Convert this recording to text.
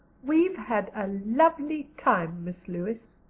we've had a lovely time, miss lewis.